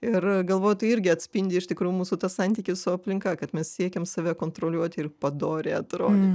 ir galvoju tai irgi atspindi iš tikrųjų mūsų tą santykį su aplinka kad mes siekiam save kontroliuoti ir padoriai atrodyt